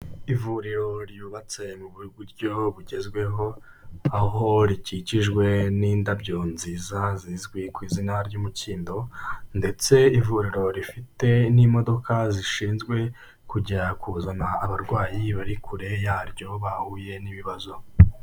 Ivuriro ryubatse mu buryo bugezweho, aho rikikijwe n'indabyo nziza zizwi ku izina ry'umukindo ndetse ivuriro rifite n'imodoka zishinzwe kujya kuzana abarwayi bari kure yaryo bahuye n'ibibazo.